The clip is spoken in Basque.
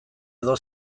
edo